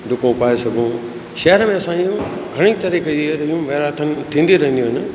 डुकूं पाए सघूं शहर में असां जूं घणई तरीक़े जी अहिड़ियूं मैराथन थींदियूं रहंदियूं आहिनि